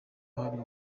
hari